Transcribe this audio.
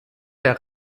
der